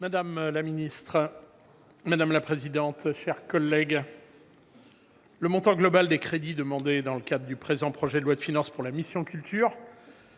Madame la présidente, madame la ministre, mes chers collègues, le montant global des crédits demandés dans le cadre du présent projet de loi de finances pour la mission « Culture